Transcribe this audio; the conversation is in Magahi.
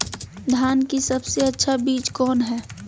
धान की सबसे अच्छा बीज कौन है?